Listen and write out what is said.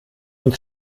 uns